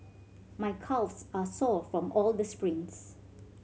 my calves are sore from all the sprints